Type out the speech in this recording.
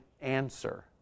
answer